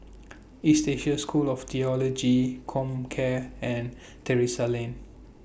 East Asia School of Theology Comcare and Terrasse Lane